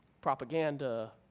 propaganda